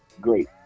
great